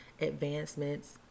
advancements